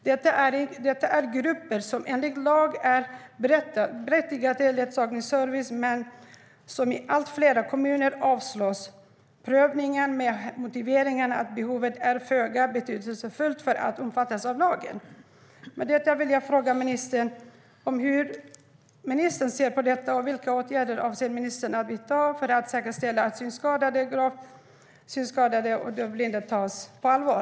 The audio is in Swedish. Detta är grupper som enligt lag är berättigade till ledsagningsservice men som i allt fler kommuner får avslag med motiveringen att behovet inte är tillräckligt för att omfattas av lagen. Jag vill fråga ministern hur hon ser på detta. Vilka åtgärder avser ministern att vidta för att säkerställa att synskadade, gravt synskadade och dövblinda tas på allvar?